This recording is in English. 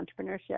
entrepreneurship